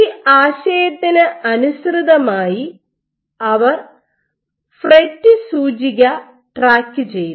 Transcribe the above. ഈ ആശയത്തിന് അനുസൃതമായി അവർ ഫ്രെറ്റ് സൂചിക ട്രാക്കു ചെയ്തു